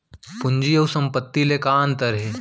पूंजी अऊ संपत्ति ले का अंतर हे?